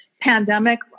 pandemic